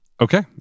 Okay